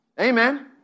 Amen